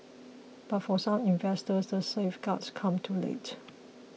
but for some investors the safeguards come too late